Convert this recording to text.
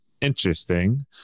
Interesting